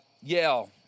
Yale